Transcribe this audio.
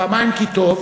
פעמיים כי טוב,